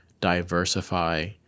diversify